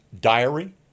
diary